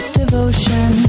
devotion